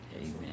Amen